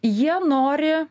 jie nori